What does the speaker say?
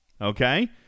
okay